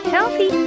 Healthy